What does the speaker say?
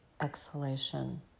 exhalation